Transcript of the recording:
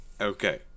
Okay